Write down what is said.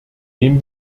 dem